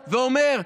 ואומר: